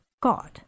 God